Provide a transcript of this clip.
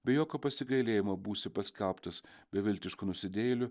be jokio pasigailėjimo būsi paskelbtas beviltišku nusidėjėliu